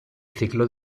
ciclo